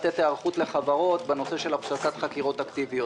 לחברות בנושא של הפסקת חקירות אקטיביות.